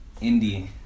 indie